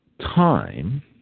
time